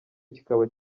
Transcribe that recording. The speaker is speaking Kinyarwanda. kikaba